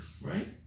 right